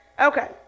Okay